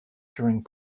during